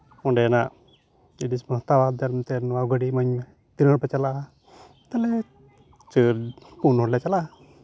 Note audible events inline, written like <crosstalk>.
ᱚᱸᱰᱮᱱᱟᱜ <unintelligible> ᱵᱚᱱ ᱦᱟᱛᱟᱣᱟ ᱫᱮᱱ ᱮᱱᱛᱮᱫ ᱱᱚᱣᱟ ᱜᱟᱹᱰᱤ ᱤᱢᱟᱹᱧ ᱢᱮ ᱛᱤᱱ ᱦᱚᱲ ᱯᱮ ᱪᱟᱞᱟᱣᱟ ᱛᱟᱞᱚᱦᱮ ᱪᱟᱹᱨ ᱯᱩᱱ ᱦᱚᱲ ᱞᱮ ᱪᱟᱞᱟᱜᱼᱟ